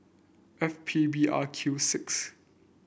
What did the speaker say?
F P B R Q six